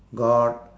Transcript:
god